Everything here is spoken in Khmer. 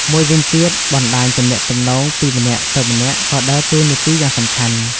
មួយវិញទៀត បណ្ដាញទំនាក់ទំនងពីម្នាក់ទៅម្នាក់ក៏ដើរតួនាទីយ៉ាងសំខាន់។